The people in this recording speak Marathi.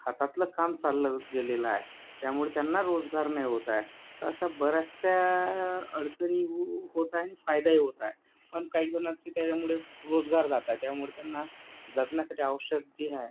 हातातलं काम चाललं गेलेलं आहे त्यामुळे त्यांना रोजगार नाहीे होत आहे तर अशा बराचश्या अडचणी होत आहे आणि फायदाही होत आहे आणि काही जणांची त्याच्यामुळे रोजगार जात आहेत त्यामुळे त्यांना जगण्यासाठी आवश्यक जे आहे